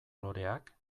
loreak